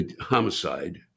Homicide